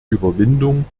überwindung